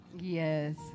Yes